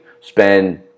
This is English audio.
spend